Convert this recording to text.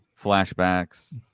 Flashbacks